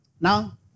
Now